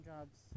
jobs